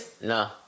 No